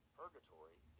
purgatory